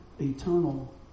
eternal